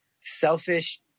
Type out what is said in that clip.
selfish